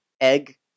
egg